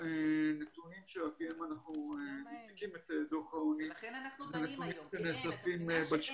שהנתונים שעל פיהם אנחנו מפיקים את דוח העוני אלה נתונים שנאספים בלשכה